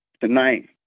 tonight